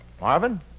Marvin